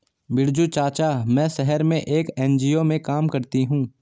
बिरजू चाचा, मैं शहर में एक एन.जी.ओ में काम करती हूं